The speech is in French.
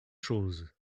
choses